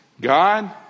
God